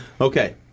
Okay